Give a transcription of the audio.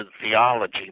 theology